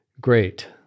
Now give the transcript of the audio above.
Great